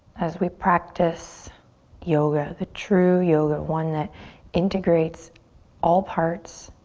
as we practice yoga, the true yoga, one that integrates all parts.